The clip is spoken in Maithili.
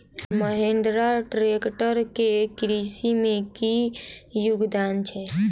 महेंद्रा ट्रैक्टर केँ कृषि मे की योगदान छै?